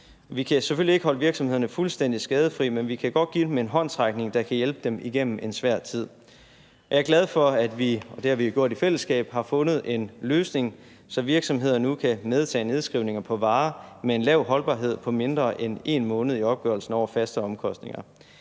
Vi kan selvfølgelig ikke holde virksomhederne fuldstændig skadefri, men vi kan godt give dem en håndsrækning, der kan hjælpe dem igennem en svær tid. Jeg er glad for, at vi – og det har vi jo gjort i fællesskab – har fundet en løsning, så virksomheder nu kan medtage nedskrivninger på varer med en lav holdbarhed, på mindre end 1 måned, i opgørelsen over faste omkostninger.